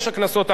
בסתימת פיות,